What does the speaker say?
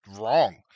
wrong